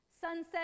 Sunset